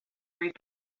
read